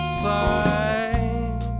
side